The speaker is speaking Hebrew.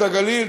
את הגליל,